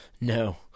No